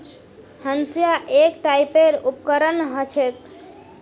हंसिआ एक टाइपेर उपकरण ह छेक